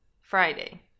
Friday